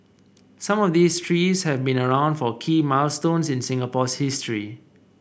some of these trees have been around for key milestones in Singapore's history